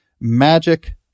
Magic